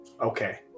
Okay